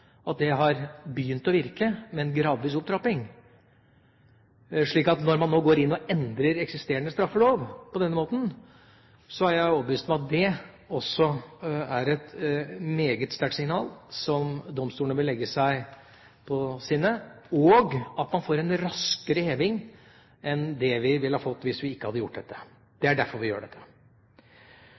framtidige straffeloven, har begynt å virke, med en gradvis opptrapping. Når man nå går inn og endrer eksisterende straffelov på denne måten, er jeg overbevist om at det er et meget sterkt signal som domstolene må legge seg på sinne, og at man får en raskere heving enn det vi ville ha fått hvis vi ikke hadde gjort dette. Det er derfor vi gjør dette.